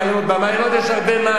במעיינות יש הרבה מים,